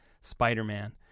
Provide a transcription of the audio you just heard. Spider-Man